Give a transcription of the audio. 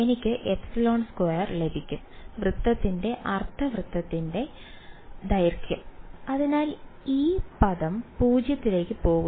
എനിക്ക് ε2 ലഭിക്കും വൃത്തത്തിന്റെ അർദ്ധവൃത്തത്തിന്റെ ദൈർഘ്യം അതിനാൽ ആ പദം 0 ലേക്ക് പോകുന്നു